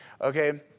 Okay